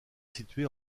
situé